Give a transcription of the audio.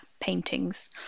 paintings